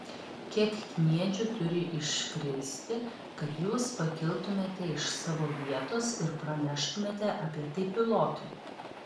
kiek kniedžių turi iškristi kad jūs pakiltumėte iš savo vietos ir praneštumėte apie tai pilotui